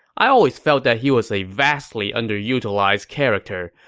i always felt that he was a vastly under-utilized character.